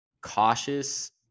cautious